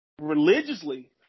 religiously